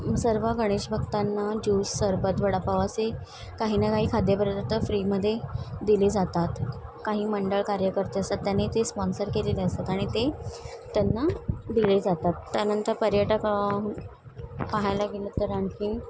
सर्व गणेशभक्तांना जूस सरबत वडापाव असे काही ना काही खाद्यपदार्थ फ्रीमधे दिले जातात काही मंडळ कार्यकर्ते असतात त्यांनी ते स्पॉन्सर केलेले असतात आणि ते त्यांना दिले जातात त्यानंतर पर्यटक पाहायला गेलं तर आणखी